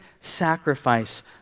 sacrifice